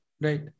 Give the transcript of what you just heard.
Right